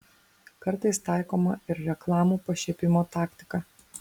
kartais taikoma ir reklamų pašiepimo taktika